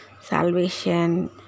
salvation